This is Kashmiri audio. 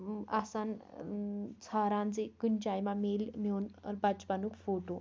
آسان ژھاران زِ کُنہِ جایہِ ما میلہِ میٚون ٲں بَچپَنُک فوٗٹوٗ